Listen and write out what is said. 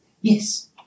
Yes